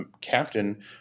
captain